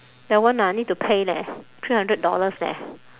that one ah need to pay leh three hundred dollars leh